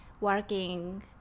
working